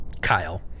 Kyle